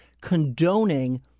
condoning